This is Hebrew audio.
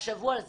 תחשבו על זה.